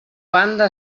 banda